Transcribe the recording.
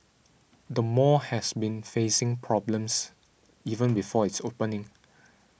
the mall has been facing problems even before its opening